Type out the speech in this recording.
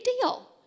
deal